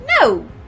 No